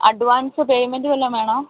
advance payment വല്ലതും വേണോ